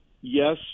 Yes